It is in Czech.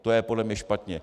To je podle mě špatně.